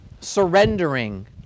surrendering